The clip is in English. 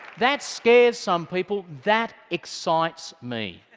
that scares some people. that excites me.